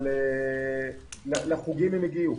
אבל לחוגים הם הגיעו.